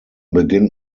beginnt